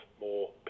more